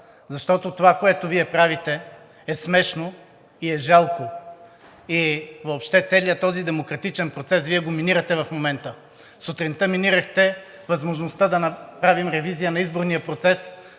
Защото това, което Вие правите, е смешно и жалко. Въобще целият този демократичен процес Вие го минирате в момента. Сутринта минирахте възможността да направим ревизия на изборния процес,